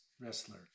wrestler